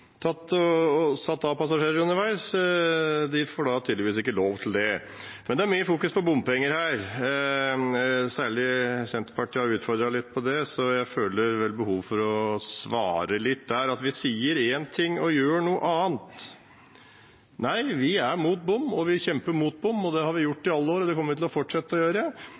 de får tydeligvis ikke lov til det. Det er mye fokus på bompenger her. Særlig Senterpartiet har utfordret litt på det, så jeg føler behov for å svare litt på det at vi sier én ting og gjør noe annet. Nei, vi er imot bompenger, og vi kjemper imot bompenger. Det har vi gjort i alle år, og det kommer vi til å fortsette å gjøre.